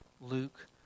Luke